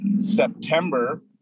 September